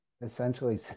essentially